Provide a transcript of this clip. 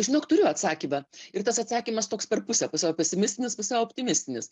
žinok turiu atsakymą ir tas atsakymas toks per pusę pusiau pesimistinis pusiau optimistinis